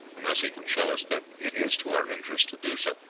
unless he can show us that it is to our interest to do so.